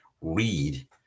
read